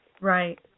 Right